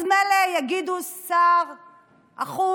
אז מילא יגידו שר החוץ,